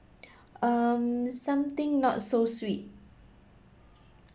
um something not so sweet